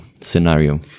scenario